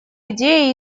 идея